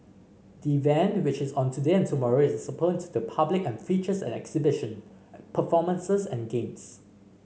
the event which is on today and tomorrow is open to the public and features an exhibition performances and games